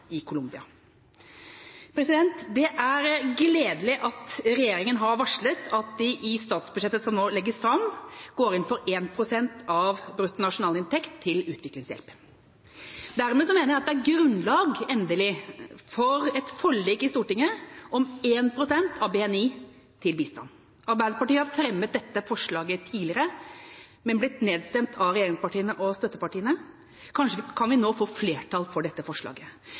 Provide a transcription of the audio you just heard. i Colombia. Det er gledelig at regjeringa har varslet at den i statsbudsjettet som nå legges fram, går inn for 1 pst. av bruttonasjonalinntekt til utviklingshjelp. Dermed mener jeg det endelig er grunnlag for et forlik i Stortinget om 1 pst. av BNI til bistand. Arbeiderpartiet har fremmet dette forslaget tidligere, men blitt nedstemt av regjeringspartiene og støttepartiene. Kanskje kan vi nå få flertall for dette forslaget.